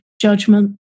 judgment